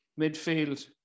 midfield